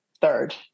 Third